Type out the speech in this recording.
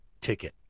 ticket